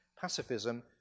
Pacifism